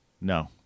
No